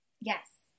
Yes